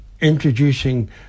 introducing